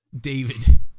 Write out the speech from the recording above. David